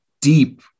deep